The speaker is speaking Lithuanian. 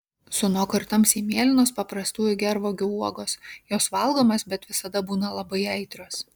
sunoko ir tamsiai mėlynos paprastųjų gervuogių uogos jos valgomos bet visada būna labai aitrios